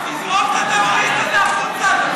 תזרוק את הטרוריסט הזה החוצה.